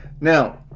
Now